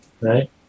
right